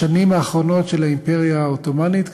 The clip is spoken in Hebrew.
בשנים האחרונות של האימפריה העות'מאנית,